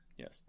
Yes